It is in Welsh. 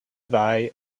ddau